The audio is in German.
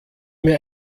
mir